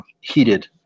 heated